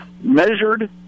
measured